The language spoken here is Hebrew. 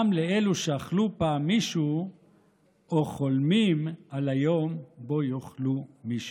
גם לאלו שאכלו פעם מישהו או חולמים על היום שבו יאכלו מישהו.